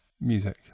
music